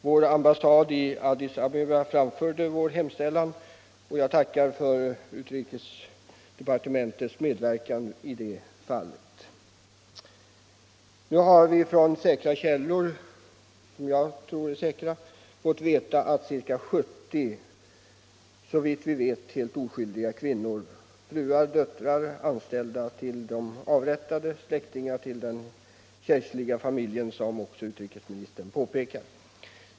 Vår ambassad i Addis Abeba framförde vår hemställan, och jag tackar för utrikesdepartementets medverkan i det fallet. Vi har från källor som jag tror är säkra fått veta att ca 70, såvitt vi vet helt oskyldiga, kvinnor sitter fängslade, fruar, döttrar och anställda till de avrättade och släktingar till den kejserliga familjen, som också utrikesministern påpekade.